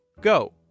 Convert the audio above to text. Go